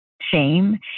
shame